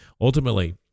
Ultimately